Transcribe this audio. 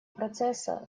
процесса